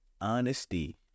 Honesty